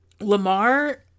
Lamar